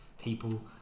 people